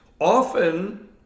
Often